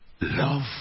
love